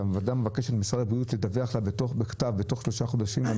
שהוועדה מבקשת ממשרד הבריאות לדווח לך בכתב בתוך שלושה חודשים על